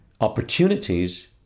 opportunities